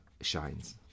shines